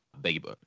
baby